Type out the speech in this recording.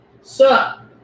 Sup